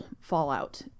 fallout